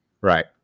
Right